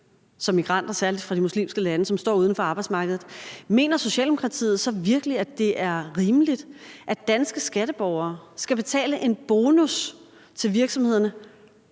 som migranter særlig fra muslimske lande, og som står uden for arbejdsmarkedet, mener Socialdemokratiet så virkelig, at det er rimeligt, at danske skatteborgere skal betale virksomhederne